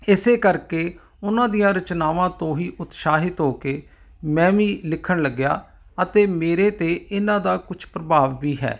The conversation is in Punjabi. ਇਸੇ ਕਰਕੇ ਉਹਨਾਂ ਦੀਆਂ ਰਚਨਾਵਾਂ ਤੋਂ ਹੀ ਉਤਸਾਹਿਤ ਹੋ ਕੇ ਮੈਂ ਵੀ ਲਿਖਣ ਲੱਗਿਆ ਅਤੇ ਮੇਰੇ 'ਤੇ ਇਹਨਾਂ ਦਾ ਕੁਛ ਪ੍ਰਭਾਵ ਵੀ ਹੈ